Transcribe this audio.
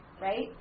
right